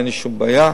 אין לי שום בעיה.